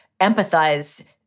empathize